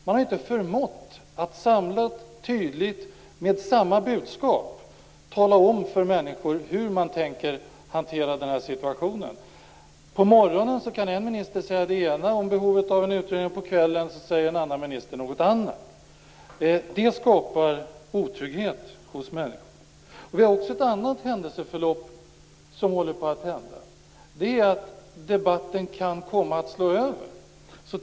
Man har inte förmått att samlat och tydligt och med ett budskap tala om för människor hur man tänker hantera situationen. På morgonen säger en minister en sak om behovet av en utredning, och på kvällen säger en annan minister något annat. Det skapar otrygghet hos människor. Det finns också ett annat händelseförlopp. Debatten kan komma att slå över.